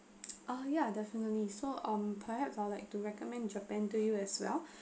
ah ya definitely so um perhaps I'd like to recommend japan to you as well